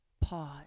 Pause